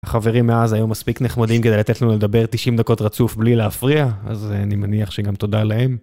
חברים מאז היום מספיק נחמדים כדי לתת לנו לדבר 90 דקות רצוף בלי להפריע אז אני מניח שגם תודה להם.